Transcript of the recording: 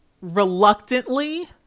reluctantly